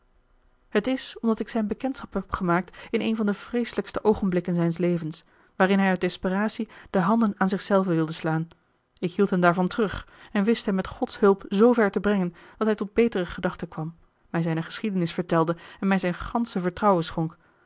het is omdat ik zijne bekendschap hebt gemaakt in een van de vreeselijkste oogenblikken zijns levens waarin hij uit desperacie de handen aan zich zelven wilde slaan ik hield hem daarvan terug en wist hem met gods hulp zoover te brengen dat hij tot betere gedachten kwam mij zijne geschiedenis vertelde en mij zijn gansche vertrouwen schonk